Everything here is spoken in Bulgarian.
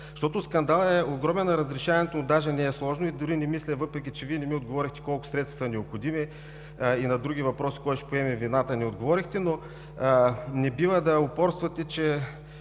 Защото скандалът е огромен, а разрешаването му даже не е сложно. Вие не ми отговорихте: колко средства са необходими? И на другия въпрос: кой ще поеме вината, не отговорихте? Но не бива да упорствате, че